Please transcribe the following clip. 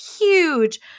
huge